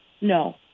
No